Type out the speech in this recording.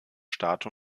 staat